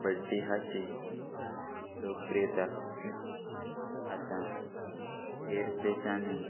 कबड्डी हाची लोकप्रियता आतां हेर देशांनी